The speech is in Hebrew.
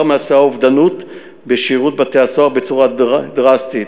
מעשי האובדנות בשירות בתי-הסוהר בצורה דרסטית,